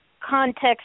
context